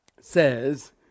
says